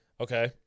Okay